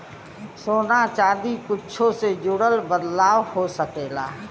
सोना चादी कुच्छो से जुड़ल बदलाव हो सकेला